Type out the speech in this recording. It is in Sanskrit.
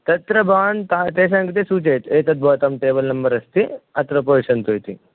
तत्र भवान् का तेषां कृते सूचयतु एतद् भवतां टेबल् नम्बर् अस्ति अत्र उपविशन्तु इति